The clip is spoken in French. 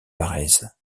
varèse